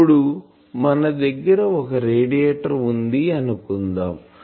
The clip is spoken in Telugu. ఇప్పుడు మన దగ్గర ఒక రేడియేటర్ వుంది అనుకుందాం